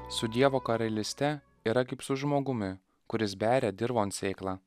su dievo karalyste yra kaip su žmogumi kuris beria dirvon sėklą